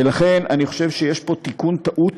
ולכן אני חושב שיש פה תיקון טעות